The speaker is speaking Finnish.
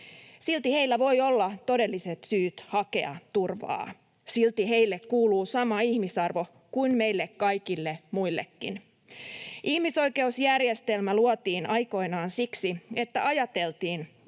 Silti heillä voi olla todelliset syyt hakea turvaa, silti heille kuuluu sama ihmisarvo kuin meille kaikille muillekin. Ihmisoikeusjärjestelmä luotiin aikoinaan siksi, että ajateltiin,